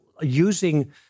using